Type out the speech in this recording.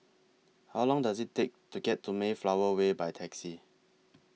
How Long Does IT Take to get to Mayflower Way By Taxi